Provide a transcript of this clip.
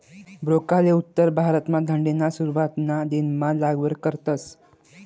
broccoli उत्तर भारतमा थंडीना सुरवातना दिनमा लागवड करतस